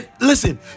listen